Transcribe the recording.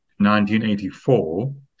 1984